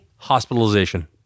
hospitalization